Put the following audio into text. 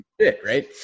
right